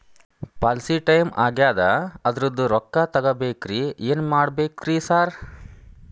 Policy time ಆಗ್ಯಾದ ಅದ್ರದು ರೊಕ್ಕ ತಗಬೇಕ್ರಿ ಏನ್ ಮಾಡ್ಬೇಕ್ ರಿ ಸಾರ್?